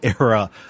era